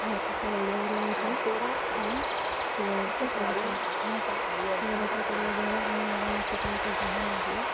ରାତି ସାରା ଉଜାଗର ରହିଥାଉ ଏବଂ ଶିବରାତ୍ରି କରିଥାଉ ଶିବରାତ୍ରି କରିବା ଦ୍ୱାରା ଆମେ ଭଗବାନ ଶିବଙ୍କୁ ଯାହା ମାଗିବା